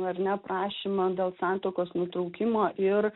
ar ne prašymą dėl santuokos nutraukimo ir